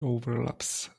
overlaps